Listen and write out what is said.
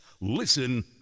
Listen